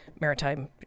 maritime